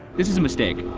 this was mistake,